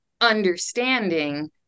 understanding